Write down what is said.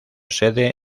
sede